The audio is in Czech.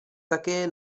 také